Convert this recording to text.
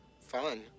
fun